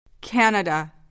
Canada